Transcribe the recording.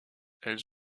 elles